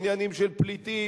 עניינים של פליטים,